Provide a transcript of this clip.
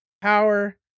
power